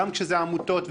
גם כשזה עמותות,